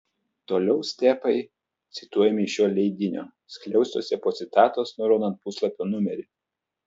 toliau stepai cituojami iš šio leidinio skliaustuose po citatos nurodant puslapio numerį